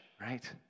right